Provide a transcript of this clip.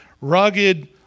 rugged